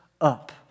up